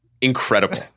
Incredible